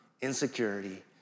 insecurity